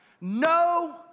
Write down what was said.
no